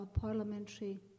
parliamentary